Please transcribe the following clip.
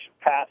passed